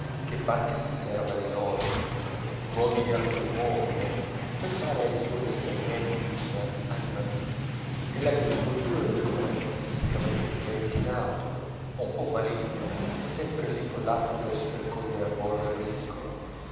che si serva di noi nuovi a quel mondo per fare i suoi esperimenti in anima vili e la disinvoltura del giovanotto artisticamente pettinato un po maligno e sempre lì coll'arco teso per coglier a volo il ridicolo